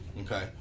okay